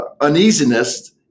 uneasiness